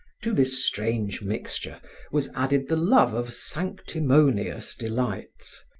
to this strange mixture was added the love of sanctimonious delights,